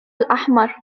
الأحمر